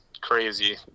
crazy